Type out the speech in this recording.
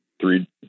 three